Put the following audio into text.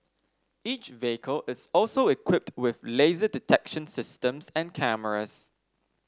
each vehicle is also equipped with laser detection systems and cameras